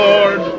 Lord